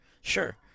Sure